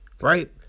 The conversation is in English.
right